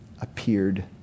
appeared